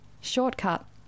Shortcut